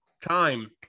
Time